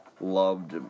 loved